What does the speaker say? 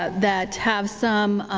ah that have some